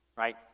Right